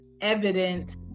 evident